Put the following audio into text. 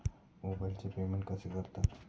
मोबाइलचे पेमेंट कसे करतात?